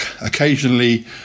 occasionally